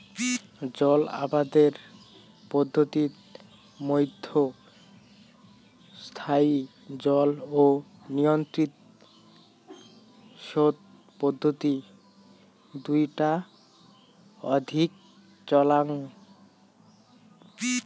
জল আবাদের পদ্ধতিত মইধ্যে স্থায়ী জল ও নিয়ন্ত্রিত সোত পদ্ধতি দুইটা অধিক চলাং